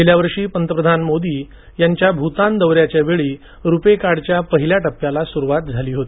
गेल्या वर्षी पंतप्रधान मोदी यांच्या भूतान दौऱ्याच्या वेळी रूपे कार्डच्या पहिल्या टप्प्याला सुरुवात झाली होती